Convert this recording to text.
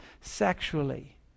sexually